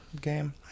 game